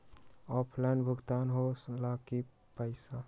Offline भुगतान हो ला कि पईसा?